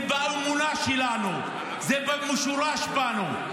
זה באמונה שלנו, זה מושרש בנו.